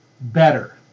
better